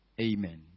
Amen